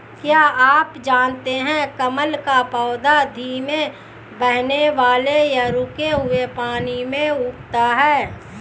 क्या आप जानते है कमल का पौधा धीमे बहने वाले या रुके हुए पानी में उगता है?